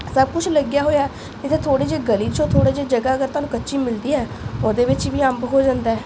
ਸਭ ਕੁਛ ਲੱਗਿਆ ਹੋਇਆ ਜਿੱਦਾਂ ਥੋੜ੍ਹੇ ਜਿਹੇ ਗਲੀ 'ਚੋਂ ਥੋੜ੍ਹੀ ਜਿਹੀ ਜਗ੍ਹਾ ਅਗਰ ਤੁਹਾਨੂੰ ਕੱਚੀ ਮਿਲਦੀ ਹੈ ਉਹਦੇ ਵਿੱਚ ਵੀ ਅੰਬ ਹੋ ਜਾਂਦਾ